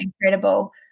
incredible